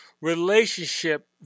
relationship